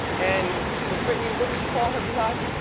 and to the britney, what does she call her bee hive?